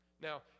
Now